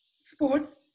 sports